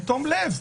בתום לב,